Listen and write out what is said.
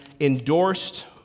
endorsed